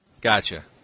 Gotcha